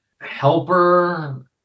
helper